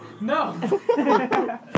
No